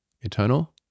eternal